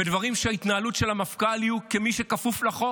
ודברים של התנהלות של המפכ"ל יהיו כמי שכפוף לחוק,